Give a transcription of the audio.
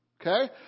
Okay